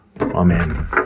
Amen